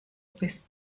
bist